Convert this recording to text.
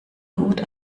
gut